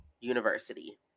university